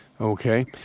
Okay